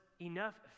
enough